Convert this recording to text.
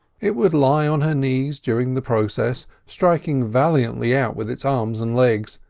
it would lie on her knees during the process, striking valiantly out with its arms and legs,